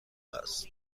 است